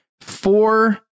four